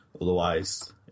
Otherwise